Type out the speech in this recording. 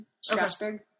Strasburg